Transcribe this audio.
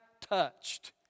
touched